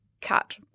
cut